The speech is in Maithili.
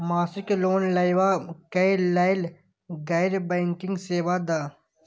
मासिक लोन लैवा कै लैल गैर बैंकिंग सेवा द?